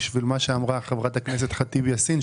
בשביל מה שאמרה חברת הכנסת ח'טיב יאסין,